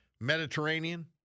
Mediterranean